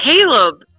Caleb